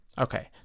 Okay